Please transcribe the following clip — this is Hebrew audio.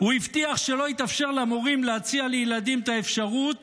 הוא הבטיח שלא יתאפשר למורים להציע לילדים את האפשרות